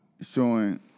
showing